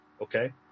Okay